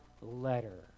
letter